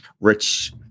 Rich